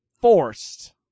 forced